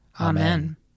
Amen